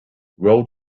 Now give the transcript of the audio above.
road